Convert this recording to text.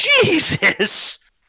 Jesus